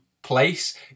place